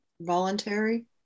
voluntary